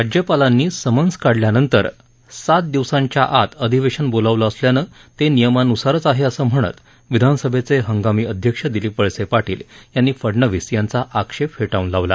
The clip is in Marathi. राज्यपालांनी समन्स काढल्यानंतर सात दिवसांच्या आत अधिवेशन बोलावलं असल्यानं ते नियमानुसारच आहे असं म्हणत विधानसभेचे हंगामी अध्यक्ष दिलीप वळसे पाटील यांनी फडणवीस यांचा आक्षेप फेटाळून लावला